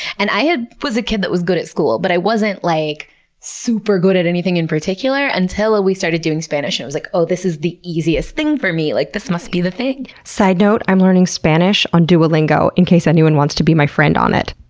and i was a kid that was good at school, but i wasn't like super good at anything in particular until we started doing spanish. it was like, oh, this is the easiest thing for me. like this must be the thing. side note, i'm learning spanish on duolingo in case anyone wants to be my friend on it.